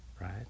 right